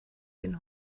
den